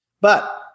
But-